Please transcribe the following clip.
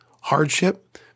hardship